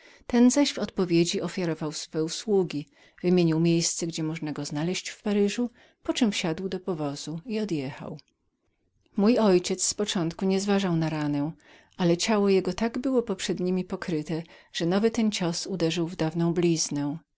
ten odpowiedział ofiarując swoje usługi wymienił swoje nazwisko i gdzie można było go znaleźć w paryżu poczem wsiadł do powozu i odjechałodjechał mój ojciec z początku nie zważał na ranę ale ciało jego tak było innemi pokryte że nowy ten cios uderzył w dawną bliznę